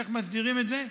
איך מסדירים את זה?